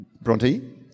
Bronte